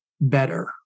better